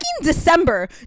December